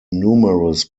numerous